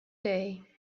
day